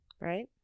right